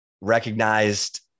recognized